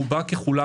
רובה ככולה,